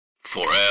FOREVER